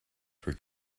for